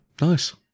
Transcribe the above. Nice